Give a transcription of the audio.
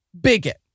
Bigot